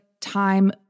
time